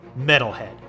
Metalhead